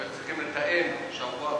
היו צריכים לתאם שבוע מראש,